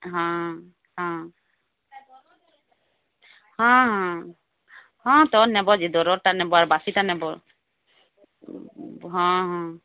ହଁ ହଁ ହଁ ହଁ ତ ନେବଯେ ଦରରାଟା ନେବ ବାସିଟା ନେବ ହଁ ହଁ